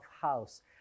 house